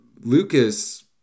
Lucas